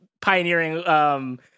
pioneering